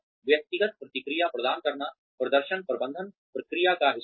व्यक्तिगत प्रतिक्रिया प्रदान करना प्रदर्शन प्रबंधन प्रक्रिया का हिस्सा है